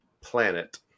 Planet